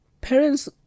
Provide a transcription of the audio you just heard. parents